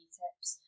tips